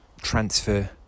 transfer